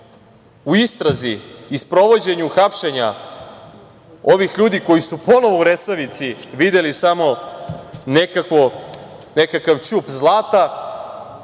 u istrazi i sprovođenju hapšenja ovih ljudi koji su ponovo u Resavici videli samo nekakav ćup zlata,